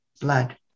Blood